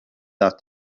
that